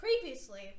previously